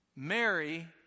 Mary